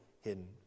hidden